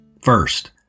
First